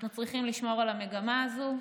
אנחנו צריכים לשמור על המגמה הזאת.